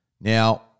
Now